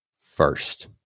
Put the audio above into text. first